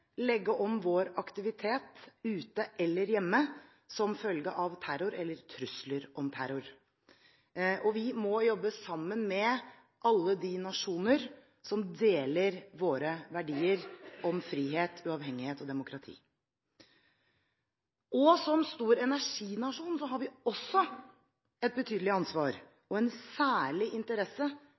legge om vår aktivitet ute eller hjemme som følge av terror eller trusler om terror, og vi må jobbe sammen med alle de nasjoner som deler våre verdier som frihet, uavhengighet og demokrati. Som stor energinasjon har vi også et betydelig ansvar og en særlig interesse